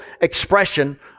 expression